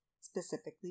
specifically